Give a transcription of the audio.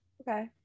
Okay